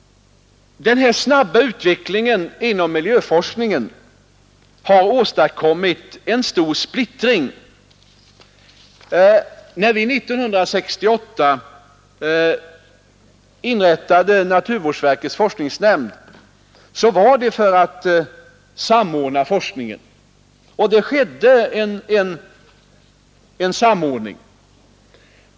Den snabba utvecklingen inom miljöforskningen har åstadkommit en stor splittring. När vi 1968 inrättade naturvårdsverkets forskningsnämnd var det för att samordna forskningen, och det skedde också en samordning.